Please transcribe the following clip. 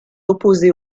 opposés